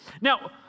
Now